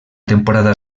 temporada